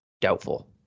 doubtful